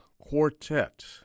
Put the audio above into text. quartet